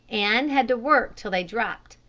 and had to work till they dropped.